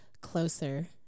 Closer